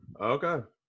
Okay